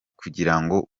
kugirango